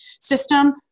system